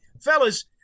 fellas